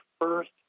first